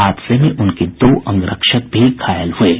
हादसे में उनके दो अंगरक्षक भी घायल हुए हैं